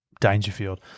Dangerfield